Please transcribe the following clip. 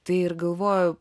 tai ir galvoju